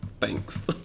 Thanks